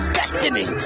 destiny